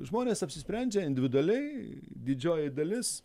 žmonės apsisprendžia individualiai didžioji dalis